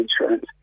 insurance